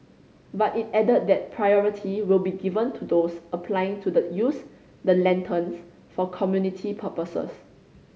but it added that priority will be given to those applying to use the lanterns for community purposes